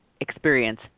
experience